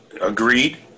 Agreed